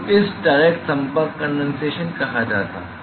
तो इसे डायरेक्ट संपर्क कंडेनसेशन कहा जाता है